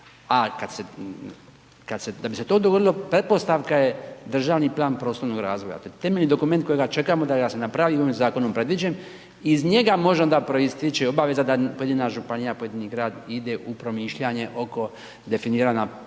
da bi se to dogodilo, pretpostavka je državni plan prostornog razvoja, temeljni dokument kojega čekamo da ga se napravi i on je zakonom predviđen i iz njega može onda proisteći obaveza da pojedina županija, pojedini grad ide u promišljanje oko definiranja polja za